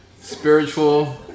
spiritual